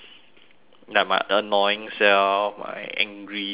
like my annoying self my angry self